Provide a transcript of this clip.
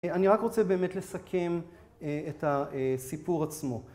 אני רק רוצה באמת לסכם את הסיפור עצמו.